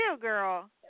girl